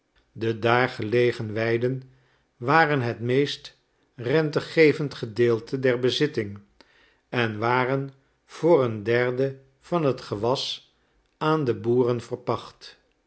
de daar gelegen weiden waren het meest rentegevend gedeelte der bezitting en waren voor een derde van het gewas aan de boeren verpacht